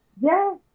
Yes